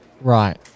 right